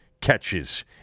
catches